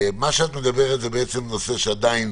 את מדברת על נושא שעדיין